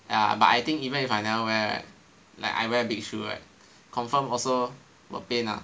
ya but I think even if I never wear right like I wear big shoe right confirm also will pain ah